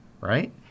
right